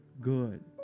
good